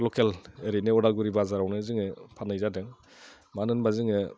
लकेल ओरैनो उदालगुरि बाजारावनो जोङो फाननाय जादों मानो होमबा जोङो